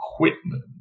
equipment